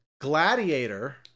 gladiator